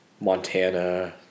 Montana